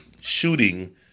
shooting